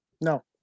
No